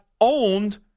owned